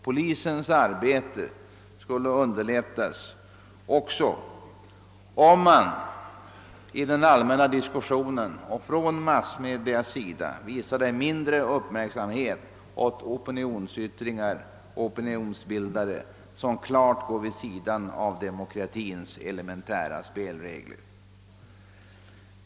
Polisens arbete skulle också underlättas, om man i den allmänna diskussionen och från massmedias sida visade mindre uppmärksamhet åt opinionsyttringar och opinionsbildare, som klart går vid sidan av demokratins elementäraste regler.